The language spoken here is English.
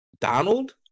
Donald